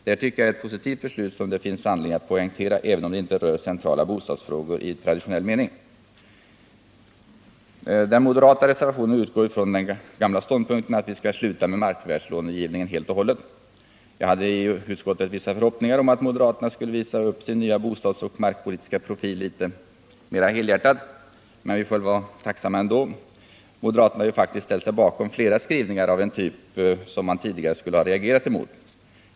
Det här tycker jag är ett positivt förslag, som det finns anledning att poängtera även om det inte rör centrala bostadsfrågor i traditionell mening. Denna moderatreservation utgår från den gamla ståndpunkten att vi skall sluta med markförvärvslångivningen helt och hållet. Jag hade i utskottet vissa förhoppningar om att moderaterna skulle visa upp sin nya bostadsoch markpolitiska profil litet mer helhjärtat. Men vi får väl vara tacksamma ändå. Moderaterna har faktiskt ställt sig bakom flera skrivningar av en typ som man tidigare skulle ha reagerat mot.